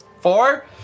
Four